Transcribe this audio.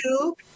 two